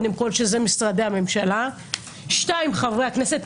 שאלה משרדי הממשלה; 2. חברי הכנסת,